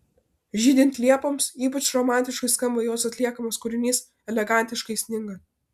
žydint liepoms ypač romantiškai skamba jos atliekamas kūrinys elegantiškai sninga